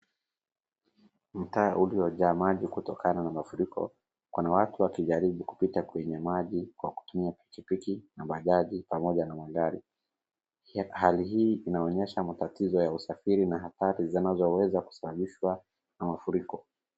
Mtaa ulio jaa maji kutokana na mafuriko, kuna watu wakijaribu kupita kwenye maji kwa kutumia pikipiki pamoja na magari, hali hii inaonyesha matatizo ya usafiri na hadhari zinazoweza kusababishwa na mafuriko.